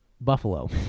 Buffalo